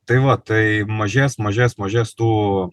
tai va tai mažės mažės mažės tų